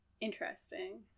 Interesting